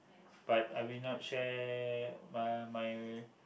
but I will not share uh my